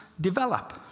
develop